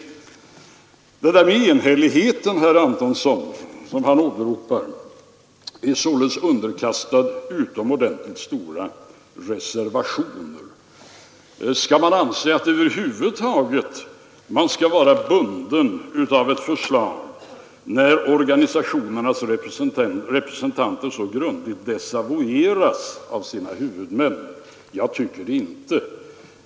Den där enhälligheten som herr Antonsson åberopar är sålunda underkastad stora reservationer. Skall man anse att man över huvud taget är bunden av ett förslag när organisationernas representanter så grundligt desavueras av sina huvudmän? Jag tycker inte det.